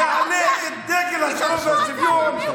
נעלה את דגל השלום והשוויון, צה"ל רוצח?